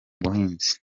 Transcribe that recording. buhinzi